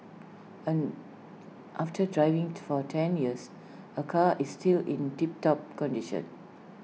after driving for ten years her car is still in tiptop condition